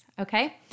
Okay